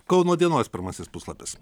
kauno dienos pirmasis puslapis